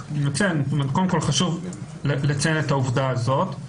קודם כל, חשוב לציין את העובדה הזאת.